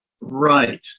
Right